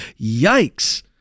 Yikes